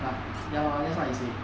but ya lor that's what he say